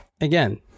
again